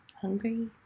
hungry